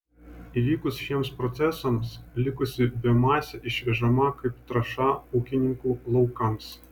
įvykus šiems procesams likusi biomasė išvežama kaip trąša ūkininkų laukams